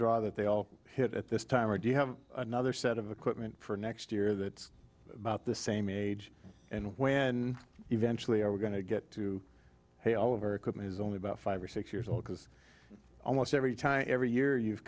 draw that they all hit at this time or do you have another set of equipment for next year that's about the same age and when eventually are we going to get to hey all of our equipment is only about five or six years old because almost every time every year you've